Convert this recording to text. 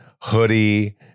hoodie